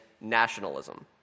Nationalism